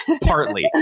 Partly